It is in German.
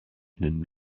den